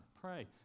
pray